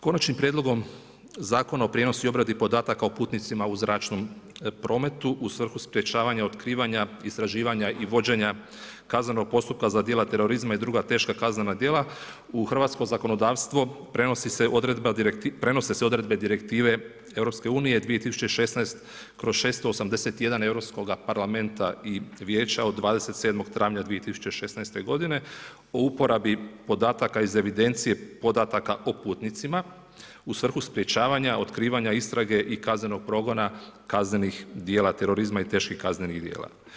Konačnim prijedlogom Zakona o prijenosu i obradi podataka o putnicima u zračnom prometu u svrhu sprječavanja, otkrivanja, istraživanja i vođenja kaznenog postupka za djela terorizma i druga teška kaznena djela u hrvatsko zakonodavstvo prenose se odredbe Direktive EU 2016/681 europskoga parlamenta i vijeća od 27. travnja 2016. godine o uporabi podataka iz evidencije podataka o putnicima u svrhu sprječavanja, otkrivanja, istrage i kaznenog progona kaznenih djela terorizma i teških kaznenih djela.